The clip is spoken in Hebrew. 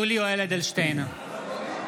(קורא בשמות חברי הכנסת) יולי יואל אדלשטיין,